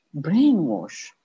brainwash